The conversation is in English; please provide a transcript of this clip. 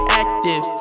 active